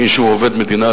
מי שהוא עובד מדינה,